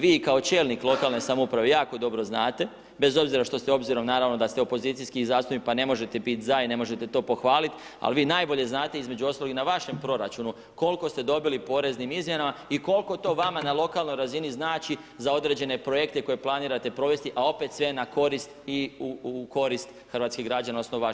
Vi kao čelnik lokalne samouprave jako dobro znate, bez obzira što ste obzirom naravno da ste opozicijski zastupnik, pa ne možete biti za i ne možete to pohvaliti, ali vi najbolje znate između ostalog i na vašem proračunu koliko ste dobili poreznim izmjenama i koliko to vama na lokalnoj razini znači za određene projekte koje planirate provesti, a opet sve na korist i u korist hrvatskih građana odnosno vaših žitelja.